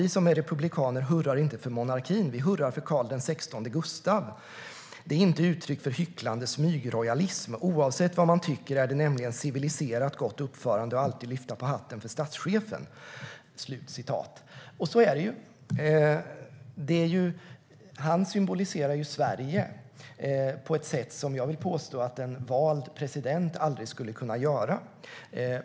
Vi som är republikaner hurrar inte för monarkin. Vi hurrar för Carl XVI Gustaf. Det är inte uttryck för hycklande smygrojalism. Oavsett vad man tycker är det nämligen ett civiliserat och gott uppförande att alltid lyfta på hatten för statschefen. Och så är det ju. Han symboliserar Sverige på ett sätt som jag vill påstå att en vald president aldrig skulle kunna göra.